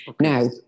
Now